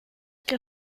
que